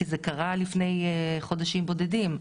כי זה קרה לפני חודשים בודדים,